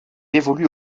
évolue